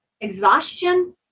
exhaustion